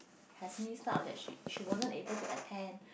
has miss out that she she wasn't able to attend